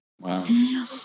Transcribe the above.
Wow